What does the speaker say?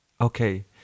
Okay